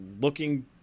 looking